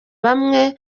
bamwe